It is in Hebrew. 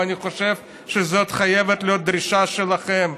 ואני חושב שזאת חייבת להיות דרישה שלכם,